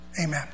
Amen